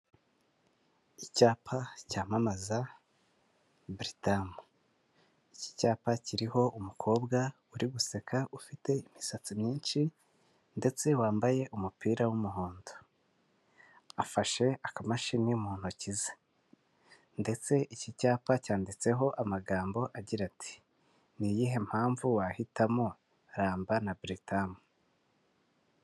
Icyapa cyamamaza Buritamu, iki cyapa kiriho umukobwa uri guseka ufite imisatsi myinshi ndetse wambaye umupira w'umuhondo, afashe akamashini mu ntoki ze ndetse iki cyapa cyanditseho amagambo agira ati'' ni iyihe mpamvu wahitamo ramba na Buritamu".